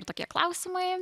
ir tokie klausimai